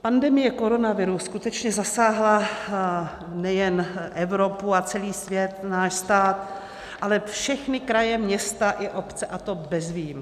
Pandemie koronaviru skutečně zasáhla nejen Evropu a celý svět, náš stát, ale všechny kraje, města, obce, a to bez výjimky.